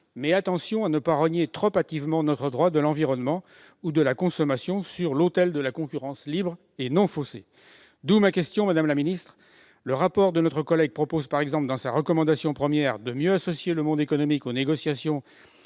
Mais attention à ne pas rogner trop hâtivement notre droit de l'environnement ou de la consommation sur l'autel de la concurrence libre et non faussée ! D'où ma question, madame la secrétaire d'État : le rapport de notre collègue propose par exemple dans sa recommandation première « de mieux associer le monde économique aux négociations